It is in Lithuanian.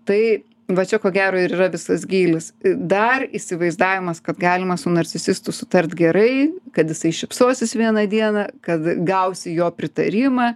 tai va čia ko gero ir yra visas gylis dar įsivaizdavimas kad galima su narcisistu sutart gerai kad jisai šypsosis vieną dieną kad gausi jo pritarimą